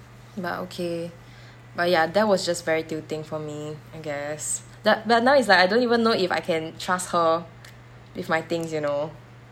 but okay but ya that was just very tilting for me and I guess bu~ but now is that I don't even know if I can trust her with my things you know